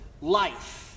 life